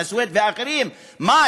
חנא סוייד ואחרים: מה,